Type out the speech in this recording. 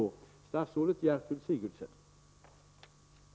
Måndagen den